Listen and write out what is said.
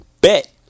Bet